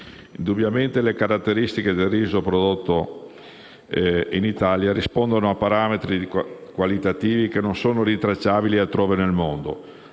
Indubbiamente, le caratteristiche del riso prodotto in Italia rispondono a parametri qualitativi che non sono rintracciabili altrove nel mondo.